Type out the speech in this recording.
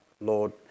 Lord